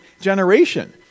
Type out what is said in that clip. generation